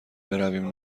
برویم